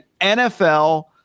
NFL